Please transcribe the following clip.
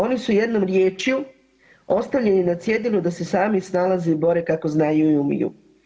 Oni su jednom riječju ostavljeni na cjedilu da se sami snalaze i bore kako znaju i umiju.